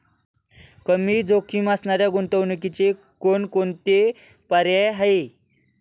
कमी जोखीम असणाऱ्या गुंतवणुकीचे कोणकोणते पर्याय आहे?